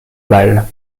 bal